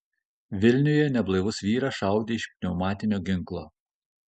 vilniuje neblaivus vyras šaudė iš pneumatinio ginklo